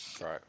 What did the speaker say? Right